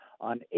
On